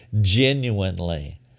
Genuinely